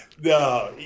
No